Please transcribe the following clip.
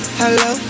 hello